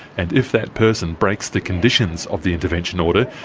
and if that person breaks the conditions of the intervention order,